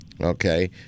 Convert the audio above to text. okay